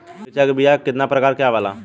मिर्चा के बीया क कितना प्रकार आवेला?